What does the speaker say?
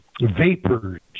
vapors